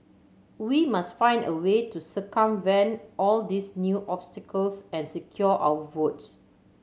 we must find a way to circumvent all these new obstacles and secure our votes